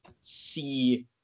see –